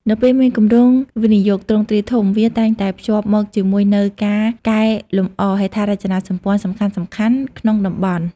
នៅពេលមានគម្រោងវិនិយោគទ្រង់ទ្រាយធំ វាតែងតែភ្ជាប់មកជាមួយនូវ ការកែលម្អហេដ្ឋារចនាសម្ព័ន្ធសំខាន់ៗ ក្នុងតំបន់។